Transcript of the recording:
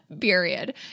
period